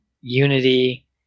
Unity